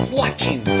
watching